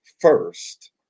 first